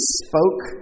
spoke